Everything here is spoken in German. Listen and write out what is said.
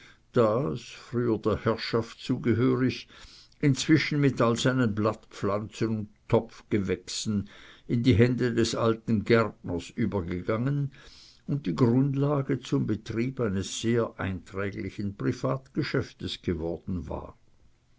früher der herrschaft zugehörig inzwischen mit all seinen blattpflanzen und topfgewächsen in die hände des alten gärtners übergegangen und die grundlage zum betrieb eines sehr einträglichen privatgeschäftes geworden war